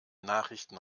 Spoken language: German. nachrichten